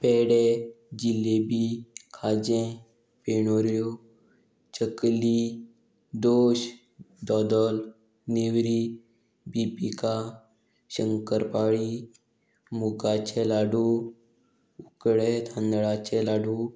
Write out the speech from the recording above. पेडे जिलेबी खाजें फेणोऱ्यो चकली दोश दोदोल नेवरी बिबिका शंकरपाळी मुगाचे लाडू उकडे तांदळाचे लाडू